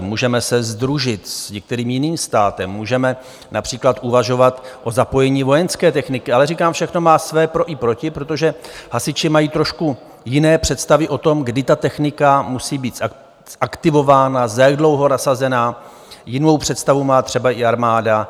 Můžeme se sdružit s některým jiným státem, můžeme například uvažovat o zapojení vojenské techniky, ale říkám, všechno má své pro i proti, protože hasiči mají trošku jiné představy o tom, kdy ta technika musí být zaktivována, za jak dlouho nasazená, jinou představu má třeba i armáda.